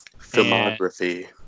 filmography